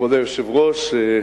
כבוד היושב-ראש,